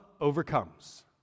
overcomes